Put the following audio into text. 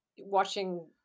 watching